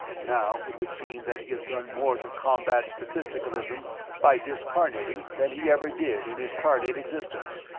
now it would seem that he has done more to combat statisticalism by discarnating than he ever did in his carnate existence.